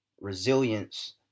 resilience